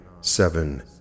seven